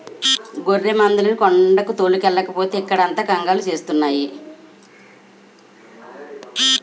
గొర్రెమందల్ని కొండకి తోలుకెల్లకపోతే ఇక్కడంత కంగాలి సేస్తున్నాయి